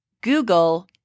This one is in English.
Google